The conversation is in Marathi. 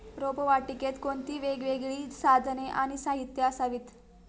रोपवाटिकेत कोणती वेगवेगळी साधने आणि साहित्य असावीत?